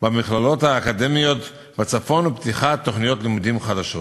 דיון במליאה, ואנחנו רואים בתקנון בצורה ברורה: